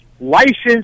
License